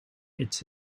its